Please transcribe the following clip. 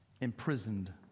imprisoned